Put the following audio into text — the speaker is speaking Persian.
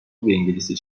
انگلیسی